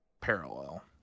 parallel